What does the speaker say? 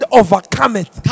overcometh